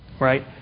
Right